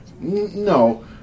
No